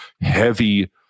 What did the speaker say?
heavy